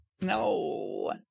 no